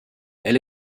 elle